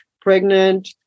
pregnant